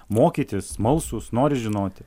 mokytis smalsūs nori žinoti